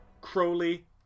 Crowley